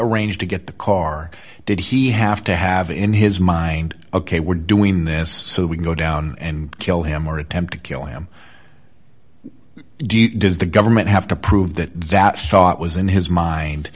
arranged to get the car did he have to have in his mind ok we're doing this so we go down and kill him or attempt to kill him do you does the government have to prove that that she thought was in his mind